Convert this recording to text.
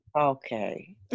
Okay